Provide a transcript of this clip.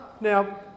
Now